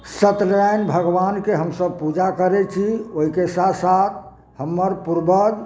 सतनारायण भगवानके हमसभ पूजा करै छी ओहिके साथ साथ हमर पूर्वज